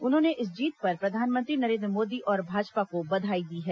उन्होंने इस जीत पर प्रधानमंत्री नरेन्द्र मोदी और भाजपा को बधाई दी है